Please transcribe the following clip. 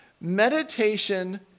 Meditation